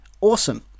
awesome